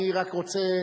אני רק רוצה,